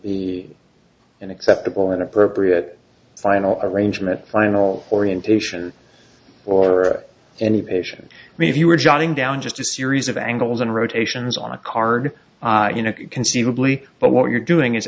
be an acceptable and appropriate final arrangement final orientation or any patient reviewer jotting down just a series of angles and rotations on a card you know could conceivably but what you're doing is